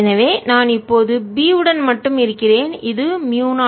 எனவே நான் இப்போது B உடன் மட்டும் இருக்கிறேன் இது மூயு 0 ஆகும்